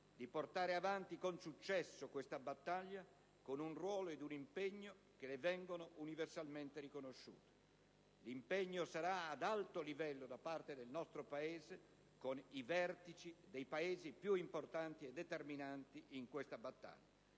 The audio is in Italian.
di portare avanti con successo questa battaglia, con un ruolo ed un impegno che le vengono universalmente riconosciuti. L'impegno sarà ad alto livello da parte del nostro Paese con i vertici dei Paesi più importanti e determinanti in questa battaglia.